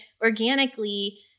organically